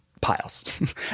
piles